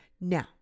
Now